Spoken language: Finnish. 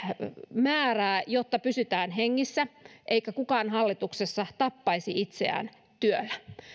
määrää jotta pysytään hengissä eikä kukaan hallituksessa tappaisi itseään työllä